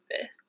fifth